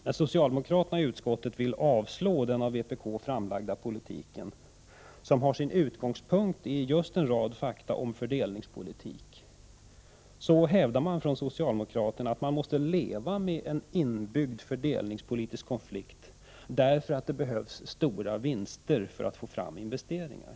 När socialdemokraterna i utskottet vill avslå den av vpk framlagda politiken — som alltså har sin utgångspunkt i en rad fakta om fördelningspolitiken — hävdar socialdemokraterna att vi i Sverige får leva med en inbyggd fördelningspolitisk konflikt därför att det krävs stora vinster för att få fram investeringar.